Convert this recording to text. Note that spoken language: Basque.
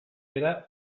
bera